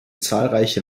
zahlreiche